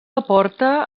aporta